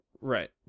right